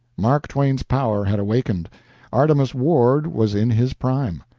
mark twain's power had awakened artemus ward was in his prime.